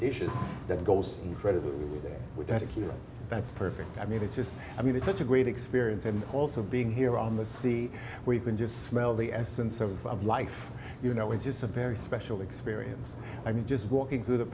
dishes that goes incredible with that if you are that's perfect i mean it's just i mean it's such a great experience and also being here on the sea where you can just smell the essence of life you know it's just a very special experience i mean just walking through the